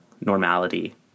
normality